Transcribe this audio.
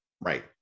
Right